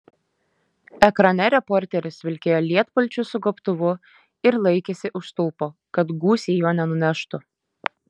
ekrane reporteris vilkėjo lietpalčiu su gobtuvu ir laikėsi už stulpo kad gūsiai jo nenuneštų